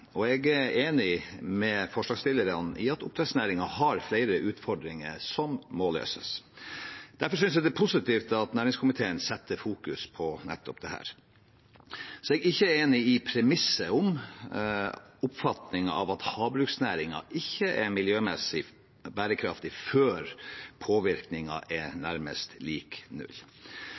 næring. Jeg er enig med forslagsstillerne i at oppdrettsnæringen har flere utfordringer som må løses. Derfor synes jeg det er positivt at næringskomiteen fokuserer på nettopp dette. Så er jeg ikke enig i premisset om oppfatningen av at havbruksnæringen ikke er miljømessig bærekraftig før påvirkningen er nærmest lik null.